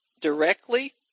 directly